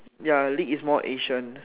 ya league is more asian